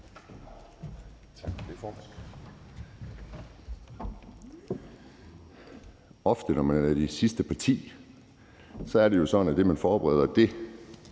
Tak for det, formand.